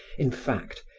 in fact,